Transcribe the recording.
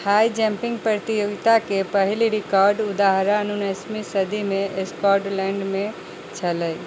high jumping प्रतियोगिताके पहिल record उदाहरण उनैसमी सदीमे स्कॉटलैण्डमे छलै